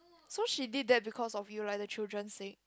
so she did that because of you like the children sake